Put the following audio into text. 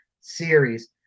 series